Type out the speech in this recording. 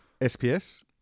SPS